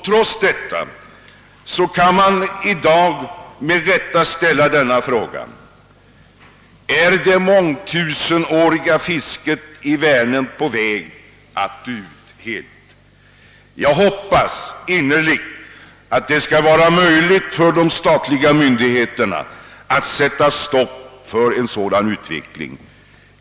Trots detta kan man i dag ställa frågan om det mångtusenåriga fisket i Vänern är på väg att helt dö ut. Jag hoppas innerligt att det skall vara möjligt för de statliga myndigheterna att sätta stopp för en sådan utveckling.